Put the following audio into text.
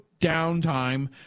downtime